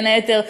בין היתר,